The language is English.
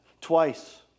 twice